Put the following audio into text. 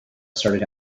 started